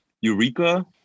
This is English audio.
Eureka